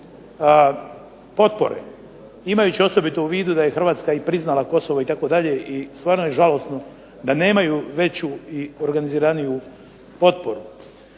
potpore. Imajući osobito u vidu da je Hrvatska i priznala Kosovo itd. i stvarno je žalosno da nemaju veću i organiziraniju potporu.